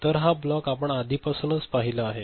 तर हा ब्लॉक आपण आधीपासूनच पाहिला आहे